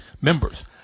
members